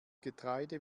getreide